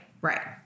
Right